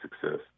success